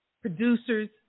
producers